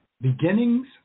beginnings